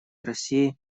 россии